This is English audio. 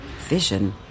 vision